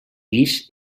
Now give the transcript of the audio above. guix